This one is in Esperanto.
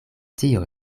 tio